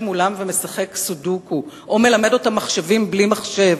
מולם ומשחק סודוקו או מלמד אותם מחשבים בלי מחשב.